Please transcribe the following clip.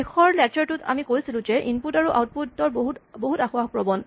শেষৰ লেক্সাৰ টোত আমি কৈছিলোৱেই যে ইনপুট আউটপুট বহুত আসোঁৱাহ প্ৰৱণ